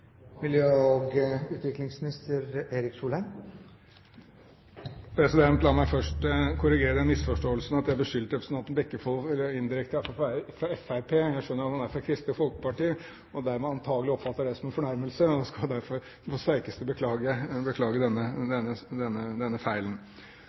La meg først korrigere den misforståelsen at jeg beskyldte representanten Bekkevold, indirekte i alle fall, for å være fra Fremskrittspartiet. Jeg skjønner at han er fra Kristelig Folkeparti, og dermed antakelig oppfatter det som en fornærmelse, og jeg vil derfor på det sterkeste beklage denne